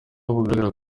bugaragara